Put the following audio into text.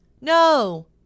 No